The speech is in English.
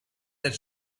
that